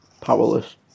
Powerless